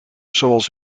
zoals